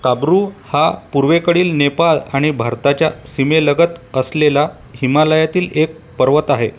काब्रू हा पूर्वेकडील नेपाळ आणि भारताच्या सीमेलगत असलेला हिमालयातील एक पर्वत आहे